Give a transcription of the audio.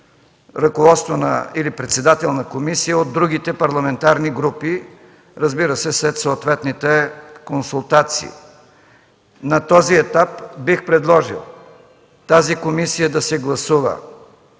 ръководство или председател на комисия от другите парламентарни групи, разбира се, след съответните консултации. На този етап бих предложил състава на тази комисия да се гласува,